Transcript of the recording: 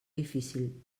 difícil